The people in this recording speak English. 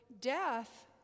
death